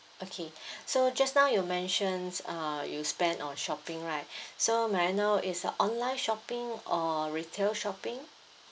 okay so just now you mentioned uh you spend on shopping right so may I know it's online shopping or retail shopping